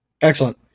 Excellent